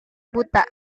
buta